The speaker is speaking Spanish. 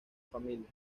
familia